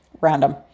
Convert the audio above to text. random